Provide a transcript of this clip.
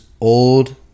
old